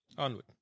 Onward